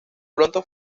pronto